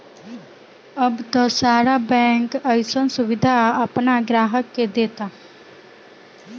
अब त सारा बैंक अइसन सुबिधा आपना ग्राहक के देता